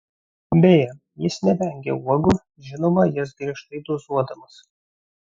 beje jis nevengia uogų žinoma jas griežtai dozuodamas